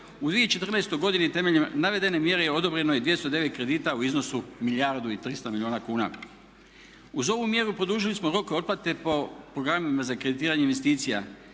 U 2014. godini temeljem navedene mjere odobreno je 209 kredita u iznosu milijardu i 300 milijuna kuna. Uz ovu mjeru produžili smo rok otplate po programima za kreditiranje investicija.